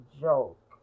joke